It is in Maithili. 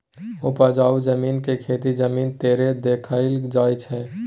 उपजाउ जमीन के खेती जमीन तरे देखाइल जाइ छइ